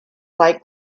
fight